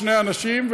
שני אנשים,